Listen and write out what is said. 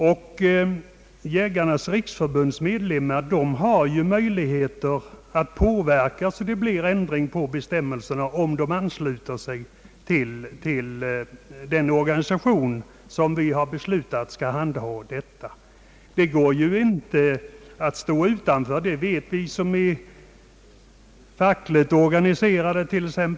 Medlemmarna i Jägarnas riksförbund har ju möjlighet att påverka en ändring av bestämmelserna om de ansluter sig till den organisation, som enligt beslut skall handha verksamheten. Vi som är fackligt organiserade vet att det inte går att stå utanför en organisation.